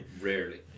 Rarely